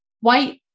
White